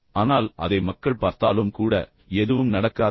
ஆனால் அதை மக்கள் பார்த்தாலும் கூட எதுவும் நடக்காதா